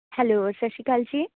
hello ਸਤਿ ਸ਼੍ਰੀ ਅਕਾਲ ਜੀ